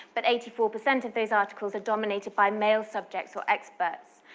but eighty four per cent of those articles are dominated by male subjects or experts.